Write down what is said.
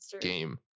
game